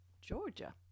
Georgia